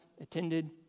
attended